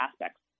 aspects